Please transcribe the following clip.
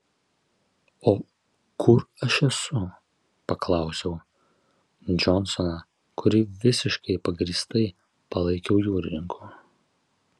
o kur aš esu paklausiau džonsoną kurį visiškai pagrįstai palaikiau jūrininku